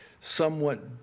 somewhat